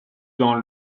dans